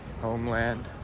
Homeland